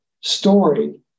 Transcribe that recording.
story